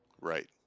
Right